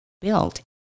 built